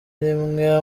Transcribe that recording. rimwe